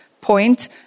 point